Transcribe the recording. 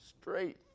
Straight